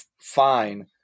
fine